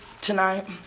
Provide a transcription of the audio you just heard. tonight